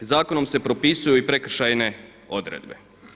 Zakonom se propisuju i prekršajne odredbe.